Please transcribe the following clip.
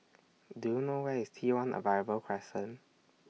Do YOU know Where IS T one Arrival Crescent